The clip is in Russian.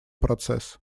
процесс